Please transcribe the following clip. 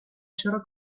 چرا